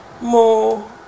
more